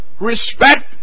respect